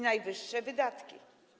Najwyższe wydatki.